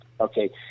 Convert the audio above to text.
Okay